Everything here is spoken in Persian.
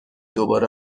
دوباره